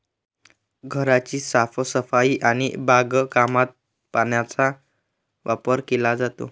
घराची साफसफाई आणि बागकामात पाण्याचा वापर केला जातो